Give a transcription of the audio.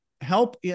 help